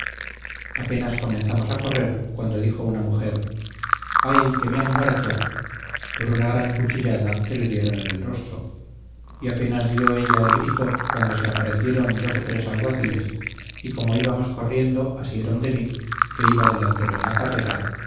apenas comenzamos a correr cuando dijo una mujer ay que me han muerto por una gran cuchillada que le dieron en el rostro y apenas dio ella el grito cuando se aparecieron dos o tres alguaciles y como íbamos corriendo asieron de mí que iba delantero en la carrera